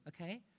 okay